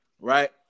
right